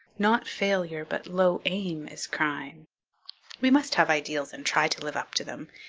not failure but low aim is crime we must have ideals and try to live up to them,